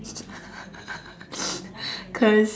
cause